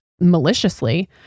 maliciously